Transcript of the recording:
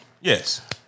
Yes